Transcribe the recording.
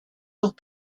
jours